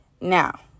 Now